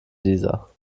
dieser